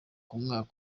umwaka